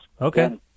Okay